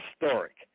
historic